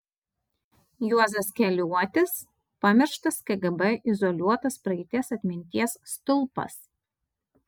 juozas keliuotis pamirštas kgb izoliuotas praeities atminties stulpas